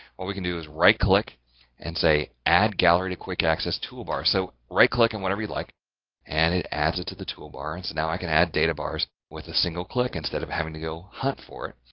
what we can do is right-click and say add gallery to quick access toolbar. so right-click on and whatever you like and it adds it to the toolbar. and so now, i can add data bars with a single click instead of having to go hunt for it.